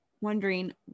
wondering